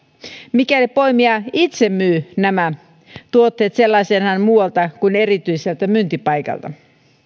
mikäli poimija itse myy nämä tuotteet sellaisenaan muualta kuin erityiseltä myyntipaikalta